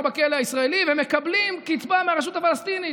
בכלא הישראלי ומקבלים קצבה מהרשות הפלסטינית.